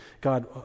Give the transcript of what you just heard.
God